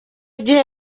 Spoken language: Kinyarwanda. gihe